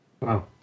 Wow